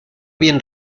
bien